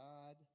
God